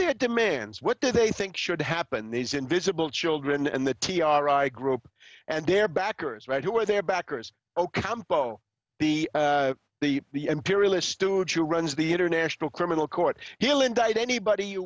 their demands what do they think should happen these invisible children and the t r a group and their backers right who are their backers ok combo the the the imperialist stewart who runs the international criminal court he'll indict anybody you